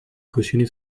cautionner